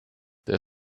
der